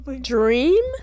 Dream